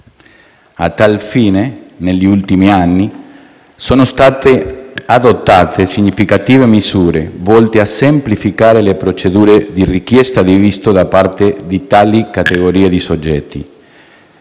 A tal fine, negli ultimi anni sono stati adottate significative misure, volte a semplificare le procedure di richiesta di visto da parte di tali categorie di soggetti.